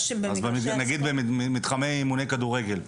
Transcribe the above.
אז במתחמי אימוני כדורגל,